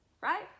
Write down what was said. right